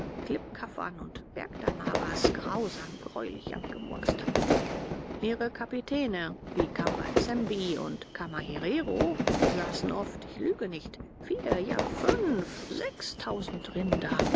buschleute klippkaffern und bergdamaras grausam greulich abgemuckst hatten ihre kapitäne wie kambazembi und kamaherero besaßen oft ich lüge nicht vier ja fünf sechstausend rinder